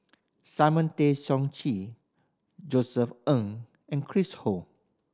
Simon Tay Seong Chee Josef Ng and Chris Ho